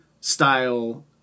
style